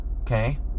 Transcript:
okay